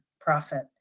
profit